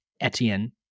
Etienne